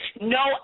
no